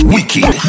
Wicked